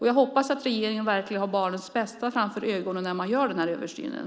Jag hoppas att regeringen verkligen har barnens bästa för ögonen när man gör den här översynen.